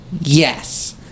yes